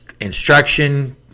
instruction